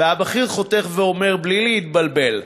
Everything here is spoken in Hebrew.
והבכיר חותך ואומר בלי להתבלבל: